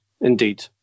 indeed